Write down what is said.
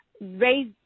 raise